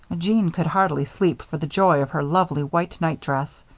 jeanne could hardly sleep for the joy of her lovely white night-dress.